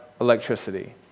electricity